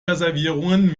reservierungen